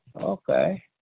okay